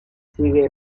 sigue